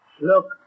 look